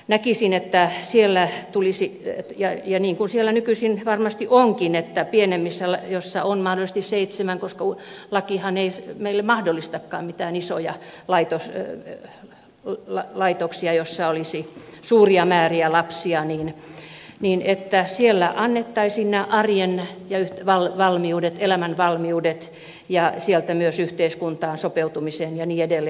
näkisin että siellä niin kuin nykyisin varmasti onkin pienemmissä laitoksissa joissa on mahdollisesti seitsemän lasta koska lakihan ei meille mahdollistakaan mitään isoja laitoksia joissa olisi suuria määriä lapsia annettaisiin arjen valmiudet elämän valmiudet myös yhteiskuntaan sopeutumiseen ja niin edelleen